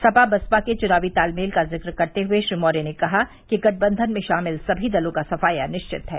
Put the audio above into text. सपा बसपा के चुनावी तालमेल का जिक्र करते हुए श्री मौर्य ने कहा कि गठंबन्धन में शामिल सभी दलों का सफाया निश्चित है